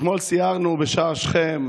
אתמול סיירנו בשער שכם,